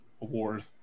award